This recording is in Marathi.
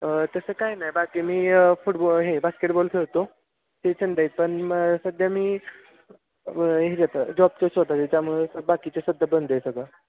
तसं काही नाही बाकी मी फुटबॉ हे बास्केटबॉल खेळतो ते छंद आहे पण मग सध्या मी ह्याच्यात जॉबच्या शोधात आहे त्यामुळं बाकीचे सध्या बंद आहे सगळं